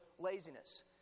laziness